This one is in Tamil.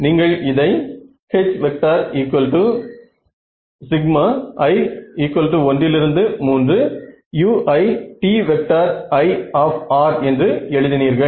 நீங்கள் இதை Hi13uiTi என்று எழுதினீர்கள்